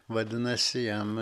vadinasi jam